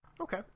Okay